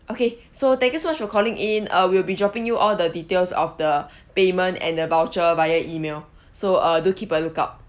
okay so thank you so much for calling in uh we'll be dropping you all the details of the payment and the voucher via email so uh do keep a lookout